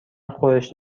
خورشت